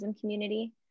community